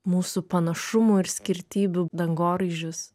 mūsų panašumų ir skirtybių dangoraižius